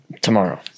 Tomorrow